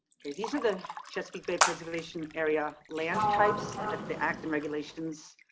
okay, these are the chesapeake bay preservation area land types that the act and regulations